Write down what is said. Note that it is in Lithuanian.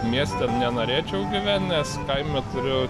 mieste nenorėčiau gyvent kaime turiu